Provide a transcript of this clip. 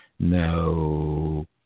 No